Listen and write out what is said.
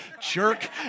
Jerk